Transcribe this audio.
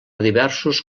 diversos